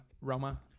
Roma